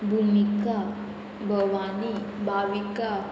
भुमिका भवानी भाविका